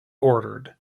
ordered